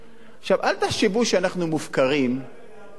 עכשיו, אל תחשבו שאנחנו מופקרים ואנחנו,